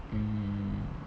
mm